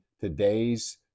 today's